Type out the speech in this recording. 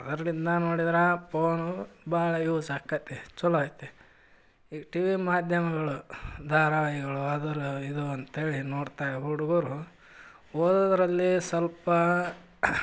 ಅದರಿಂದ ನೋಡಿದ್ರೆ ಪೋನು ಭಾಳ ಯೂಸ್ ಆಗತ್ತೆ ಚಲೋ ಐತೆ ಈಗ ಟಿವಿ ಮಾಧ್ಯಮಗಳು ಧಾರಾವಾಹಿಗಳು ಅದ್ರ ಇದು ಅಂತ್ಹೇಳಿ ನೋಡ್ತಾ ಹುಡುಗುರು ಓದೋದರಲ್ಲಿ ಸ್ವಲ್ಪ